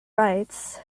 rights